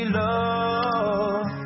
love